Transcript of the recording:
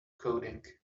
coding